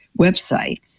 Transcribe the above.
website